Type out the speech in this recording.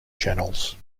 channels